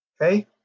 Okay